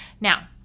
Now